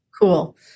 Cool